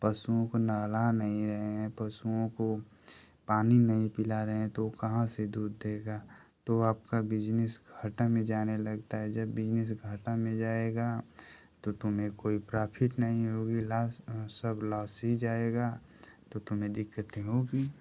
पशुओं को नहला नहीं रहे हैं पशुओं को पानी नहीं पिला रहे हैं तो वो कहाँ से दूध देगा तो आपका बिजनेस घाटा में जाने लगता है जब बिजनेस घाटा में जाएगा तो तुम्हें कोई प्रॉफिट नहीं होगी लास्ट सब लास ही जाएगा तो तुम्हें दिक़्क़तें होंगी